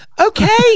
Okay